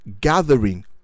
gathering